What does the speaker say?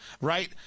right